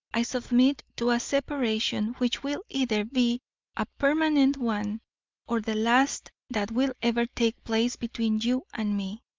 i submit to a separation which will either be a permanent one or the last that will ever take place between you and me.